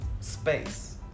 space